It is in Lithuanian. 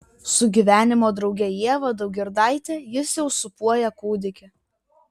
su gyvenimo drauge ieva daugirdaite jis jau sūpuoja kūdikį